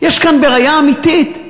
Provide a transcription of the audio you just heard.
יש כאן בעיה אמיתית,